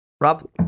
Rob